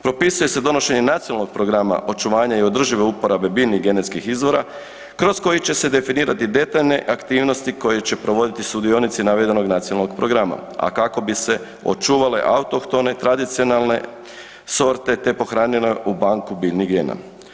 Propisuje se donošenje nacionalnog programa očuvanja i održive uporabe biljnih genetskih izvora kroz koje će se definirati detaljne aktivnosti koje će provoditi sudionici navedenog nacionalnog programa a kako bi se očuvale autohtone, tradicionalne sorte te pohranile u banku biljnih gena.